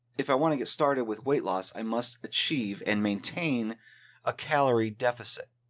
if i want to get started with weight loss, i must achieve and maintain a calorie deficit.